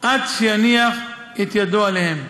עד שיניח את ידו עליהם.